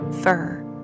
fur